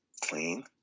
clean